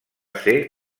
ser